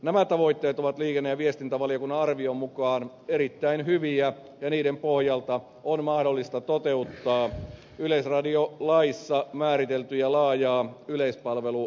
nämä tavoitteet ovat liikenne ja viestintävaliokunnan arvion mukaan erittäin hyviä ja niiden pohjalta on mahdollista toteuttaa yleisradiolaissa määriteltyä laajaa yleispalveluvelvoitetta